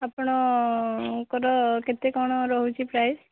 ଆପଣଙ୍କର କେତେ କ'ଣ ରହୁଛି ପ୍ରାଇସ୍